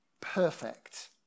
perfect